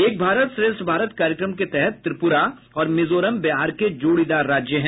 एक भारत श्रेष्ठ भारत कार्यक्रम के तहत त्रिपुरा और मिजोरम बिहार के जोड़ीदार राज्य है